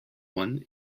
one